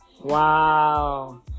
Wow